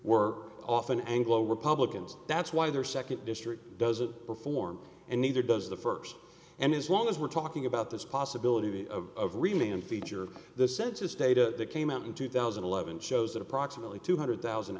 were often anglo republicans that's why their nd district doesn't perform and neither does the st and as long as we're talking about this possibility of remaining feature of the census data that came out in two thousand and eleven shows that approximately two hundred thousand